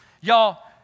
Y'all